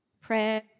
prayer